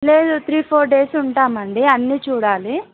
లేదు three four days ఉంటాం అండి అన్నీ చూడాలి